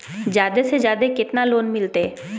जादे से जादे कितना लोन मिलते?